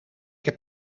heb